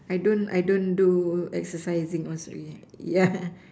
I don't I don't do exercising once a week yeah